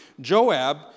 Joab